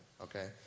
Okay